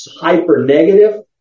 hyper-negative